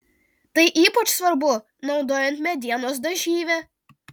tai ypač svarbu naudojant medienos dažyvę